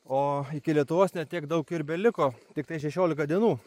o iki lietuvos ne tiek daug ir beliko tiktai šešiolika dienų